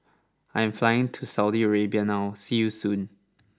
I am flying to Saudi Arabia now see you soon